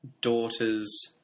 daughter's